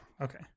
okay